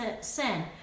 sin